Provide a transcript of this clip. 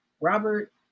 Robert